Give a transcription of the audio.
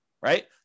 right